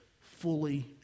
fully